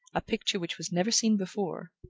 a picture which was never seen before,